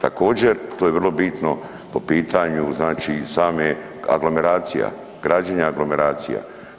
Također, to je vrlo bitno po pitanju znači same aglomeracija, građenje i aglomeracija.